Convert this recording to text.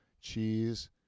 cheese